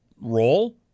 role